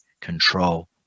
control